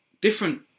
different